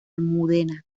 almudena